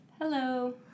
Hello